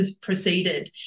proceeded